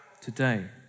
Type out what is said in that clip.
today